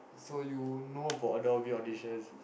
so you know for Adobe audition